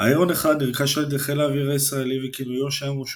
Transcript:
ההרון 1 נרכש על ידי חיל האוויר הישראלי וכינויו שם הוא "שובל".